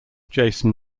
jason